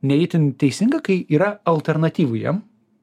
ne itin teisinga kai yra alternatyvų jiem